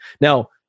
Now